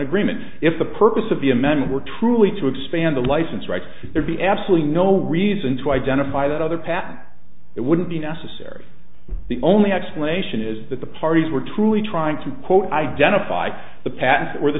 agreement if the purpose of the a man were truly to expand the license right there be absolutely no reason to identify that other patent it wouldn't be necessary the only explanation is that the parties were truly trying to quote identify the pa